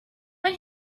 when